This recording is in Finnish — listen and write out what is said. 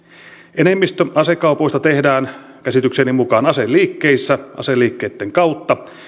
enemmistö asekaupoista tehdään käsitykseni mukaan aseliikkeissä aseliikkeitten kautta